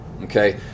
Okay